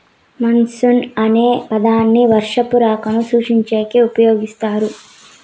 monsoon అనే పదాన్ని వర్షపు రాకను సూచించేకి ఉపయోగిస్తారు